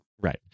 Right